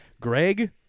Greg